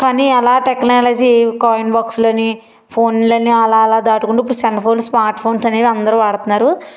కానీ అలా technology coin బాక్సులనీ ఫోన్లనీ అలా అలా దాటుకుంటూ ఇప్పుడు సెల్ ఫోన్స్ స్మార్ట్ ఫోన్స్ అనేవి అందరూ వాడుతన్నారు